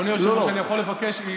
אני מבקש בכל לשון של בקשה, שבי.